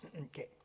Okay